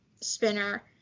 Spinner